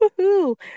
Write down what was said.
woohoo